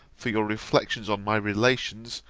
for your reflections on my relations,